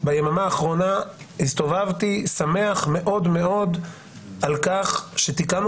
ביממה האחרונה הסתובבתי שמח מאוד מאוד על כך שתיקנו